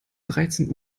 dreizehn